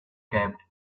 capped